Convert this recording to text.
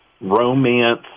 romance